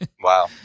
Wow